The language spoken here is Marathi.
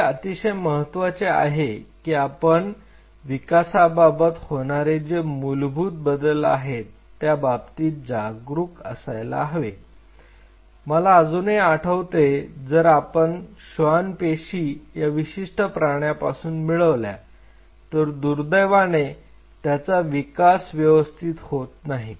तर हे अतिशय महत्त्वाचे आहे की आपण विकासाबाबत होणारे जे मूलभूत बदल आहेत त्याबाबतीत जागरूक असायला हवे मला अजूनही आठवते जर आपण श्वान पेशी या विशिष्ट प्राण्यापासून मिळवल्या तर दुर्दैवाने त्याचा विकास व्यवस्थित होत नाही